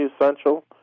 essential